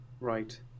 right